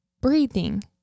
breathing